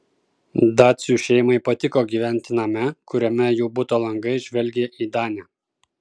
dacių šeimai patiko gyventi name kuriame jų buto langai žvelgė į danę